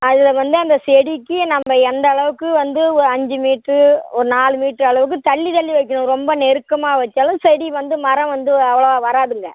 அதில் வந்து அந்த செடிக்கு நம்ம எந்த அளவுக்கு வந்து ஓ அஞ்சு மீட்ரு ஒரு நாலு மீட்ரு அளவுக்கு தள்ளி தள்ளி வைக்கணும் ரொம்ப நெருக்கமாக வெச்சாலும் செடி வந்து மரம் வந்து அவ்வளோவா வராதுங்க